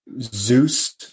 Zeus